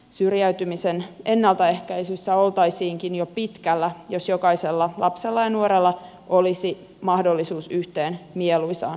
syrjäytymisen ennaltaehkäisyssä oltaisiinkin jo pitkällä jos jokaisella lapsella ja nuorella olisi mahdollisuus yhteen mieluisaan harrastukseen